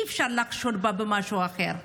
אי-אפשר לחשוד בה במשהו אחר.